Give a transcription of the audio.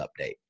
update